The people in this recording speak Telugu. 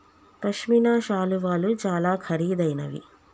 పశ్మిన శాలువాలు చాలా ఖరీదైనవి